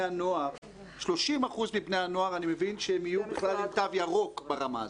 הנוער יהיו בכלל עם תו ירוק ברמה הזאת.